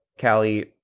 Callie